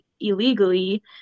illegally